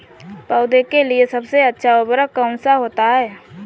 पौधे के लिए सबसे अच्छा उर्वरक कौन सा होता है?